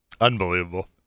Unbelievable